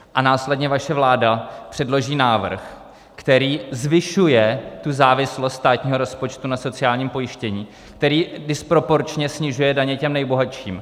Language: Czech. A následně vaše vláda předloží návrh, který zvyšuje závislost státního rozpočtu na sociálním pojištění, který disproporčně snižuje daně těm nejbohatším.